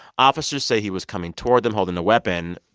officers say he was coming toward them holding the weapon,